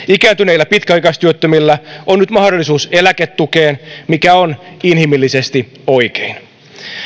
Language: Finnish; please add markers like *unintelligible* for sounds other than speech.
*unintelligible* ikääntyneillä pitkäaikaistyöttömillä on nyt mahdollisuus eläketukeen mikä on inhimillisesti oikein